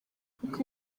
kuko